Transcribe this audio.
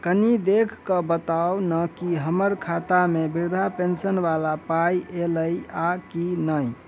कनि देख कऽ बताऊ न की हम्मर खाता मे वृद्धा पेंशन वला पाई ऐलई आ की नहि?